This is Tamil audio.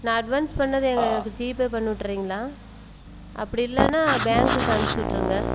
நான் அட்வான்ஸ் பண்ணதை எனக்கு ஜிபே பண்ணிவிட்றிங்களா அப்படி இல்லைன்னா பேங்க்குக்கு அனுப்பிச்சி விட்ருங்க